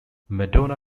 madonna